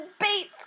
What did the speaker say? Bates